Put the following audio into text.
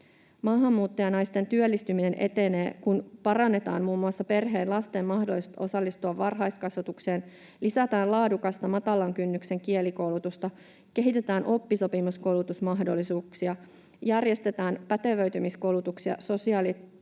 Maahanmuuttajanaisten työllistyminen etenee, kun parannetaan muun muassa perheen lasten mahdollisuutta osallistua varhaiskasvatukseen, lisätään laadukasta matalan kynnyksen kielikoulutusta, kehitetään oppisopimuskoulutusmahdollisuuksia, järjestetään pätevöitymiskoulutuksia sosiaali‑, terveys‑